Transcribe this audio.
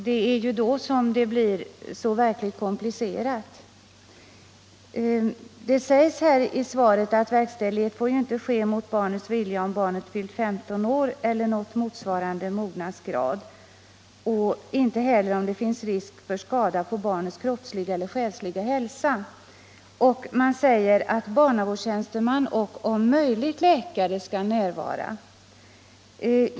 Det är i sådana fall som det verkligen blir komplicerat. Det sägs i svaret att verkställighet inte får ”ske mot barnets vilja, om barnet har fyllt 15 år eller nått motsvarande mognadsgrad, och inte heller om det finns risk för skada på barnets kroppsliga eller själsliga hälsa”. Det sägs vidare att barnavårdstjänsteman och ”om möjligt” läkare skall närvara.